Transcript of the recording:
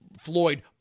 Floyd